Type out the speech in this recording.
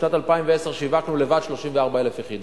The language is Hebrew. בשנת 2010 שיווקנו לבד 34,000 יחידות.